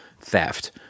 theft